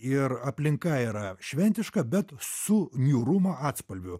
ir aplinka yra šventiška bet su niūrumo atspalviu